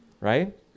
right